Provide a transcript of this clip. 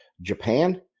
Japan